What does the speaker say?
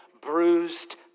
bruised